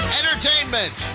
entertainment